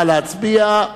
נא להצביע.